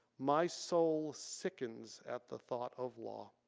my soul sickens at the thought of law.